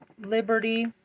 Liberty